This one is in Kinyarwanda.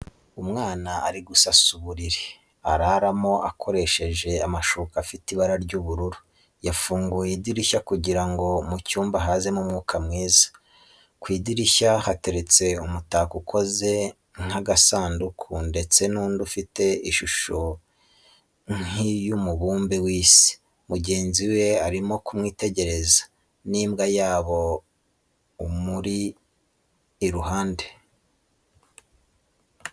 Umwana ari gusasa uburiri araramo akoresheje amashuka afite ibara ry'ubururu, yafunguye idirisha kugirango mu cyumba hazemo umwuka mwiza, ku idirishya hateretse umutako ukoze nk'agasanduku ndetse n'undi ufite ishusho nk'iy'umubumbe w'isi, mugenzi we arimo kumwitegereza, n'imbwa yabo umuri iruhande.